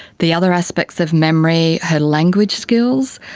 the other aspects of memory, her language skills,